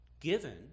given